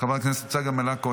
חבר הכנסת אחמד טיבי,